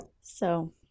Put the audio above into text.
So-